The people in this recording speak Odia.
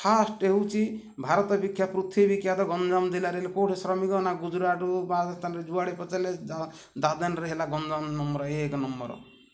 ଫାର୍ଷ୍ଟ୍ ହେଉଛି ଭାରତ ବିଖ୍ୟାତ୍ ପୃଥିବୀ ବିଖ୍ୟାତ୍ ଗଞ୍ଜାମ ଜିଲ୍ଲାରେ ହେଲେ କୋଉଠୁ ଶ୍ରମିକ ନା ଗୁଜୁରାଟରୁ ବା ରାଜସ୍ଥାନରୁ ଯୁଆଡ଼େ ପଚାରିଲେ ଦାଦନ୍ରେ ହେଲା ଗଞ୍ଜାମ ନମ୍ବର୍ ଏକ୍ ଏକ୍ ନମ୍ବର୍